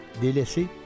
délaissés